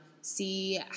see